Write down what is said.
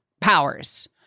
powers